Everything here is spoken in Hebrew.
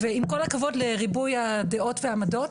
עם כל הכבוד לריבוי הדעות והעמדות,